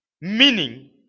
meaning